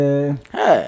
Hey